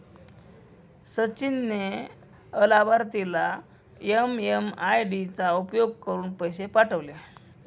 सचिन ने अलाभार्थीला एम.एम.आय.डी चा उपयोग करुन पैसे पाठवले